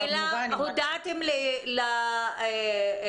שאלה הודעתם לאשתו?